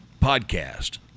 podcast